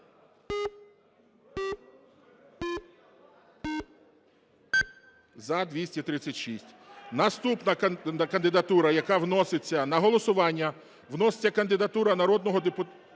За-236 Наступна кандидатура, яка вноситься, на голосування вноситься кандидатура народного… покажіть